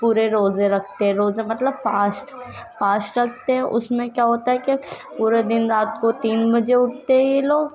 پورے روزے رکھتے ہیں روزہ مطلب فاسٹ فاسٹ رکھتے ہیں اس میں کیا ہوتا ہے کہ پورے دن رات کو تین بجے اٹھتے ہیں یہ لوگ